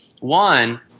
one